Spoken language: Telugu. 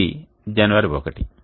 ఇది జనవరి 1